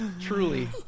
truly